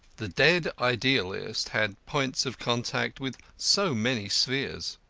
the dead idealist had points of contact with so many spheres.